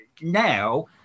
now